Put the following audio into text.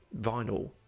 vinyl